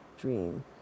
dream